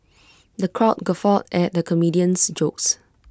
the crowd guffawed at the comedian's jokes